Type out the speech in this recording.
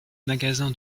magasin